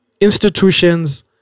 institutions